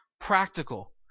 practical